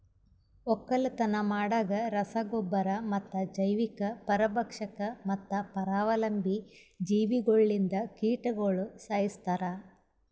ಒಕ್ಕಲತನ ಮಾಡಾಗ್ ರಸ ಗೊಬ್ಬರ ಮತ್ತ ಜೈವಿಕ, ಪರಭಕ್ಷಕ ಮತ್ತ ಪರಾವಲಂಬಿ ಜೀವಿಗೊಳ್ಲಿಂದ್ ಕೀಟಗೊಳ್ ಸೈಸ್ತಾರ್